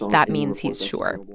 that means he's sure.